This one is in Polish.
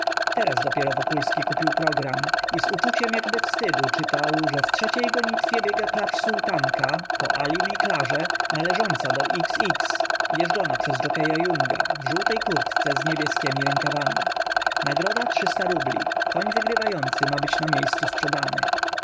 teraz dopiero wokulski kupił program i z uczuciem jakby wstydu czytał że w trzeciej gonitwie biega klacz sułtanka po alim i klarze należąca do x x jeżdżona przez dżokieja junga w żółtej kurtce z niebieskiemi rękawami nagroda rubli koń wygrywający ma być na miejscu sprzedany